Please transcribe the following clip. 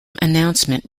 announcement